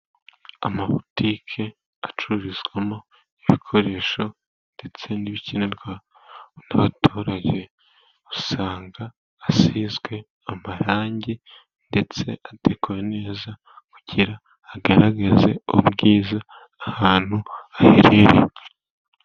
Amabutike acururizwamo ibikoresho ndetse n'ibikenerwa n'abaturage. Usanga asizwe amarangi ndetse yubakwa neza kugira agaragaze ubwiza ahantu aherereye.